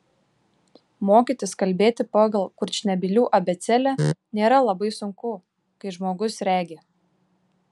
mokytis kalbėti pagal kurčnebylių abėcėlę nėra labai sunku kai žmogus regi